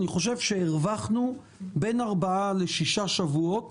אני חושב שהרווחנו בין ארבעה לשישה שבועות